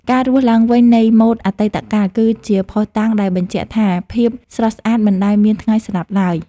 ការរស់ឡើងវិញនៃម៉ូដអតីតកាល គឺជាភស្តុតាងដែលបញ្ជាក់ថាភាពស្រស់ស្អាតមិនដែលមានថ្ងៃស្លាប់ឡើយ។